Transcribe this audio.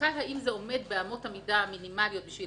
הבדיקה אם זה עומד באמות המידה המינימאליות בשביל